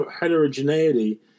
heterogeneity